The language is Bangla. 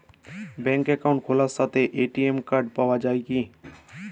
ব্যাঙ্কে অ্যাকাউন্ট খোলার সাথেই এ.টি.এম কার্ড পাওয়া যায় কি?